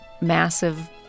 massive